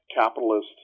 capitalist